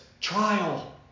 trial